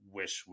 wish